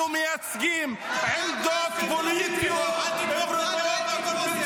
אנחנו מייצגים עמדות פוליטיות -- אל תתמוך בטרור והכול בסדר.